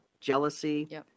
jealousy